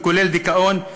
כולל דיכאון,